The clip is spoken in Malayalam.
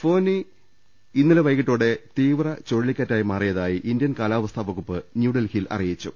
ഫോനി ഇന്നലെ വൈകീട്ടോടെ തീവ്രൂചിുഴലിക്കാറ്റായി മാറിയതായി ഇന്ത്യൻ കാലാവസ്ഥാ വകുപ്പ് ന്യൂഡൽഹിയിൽ അറിയിച്ചു